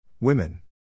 Women